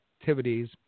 Activities